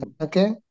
Okay